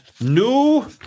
New